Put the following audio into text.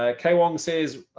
ah kay wong says,